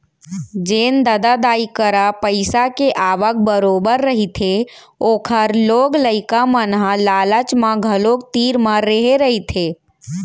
जेन ददा दाई करा पइसा के आवक बरोबर रहिथे ओखर लोग लइका मन ह लालच म घलोक तीर म रेहे रहिथे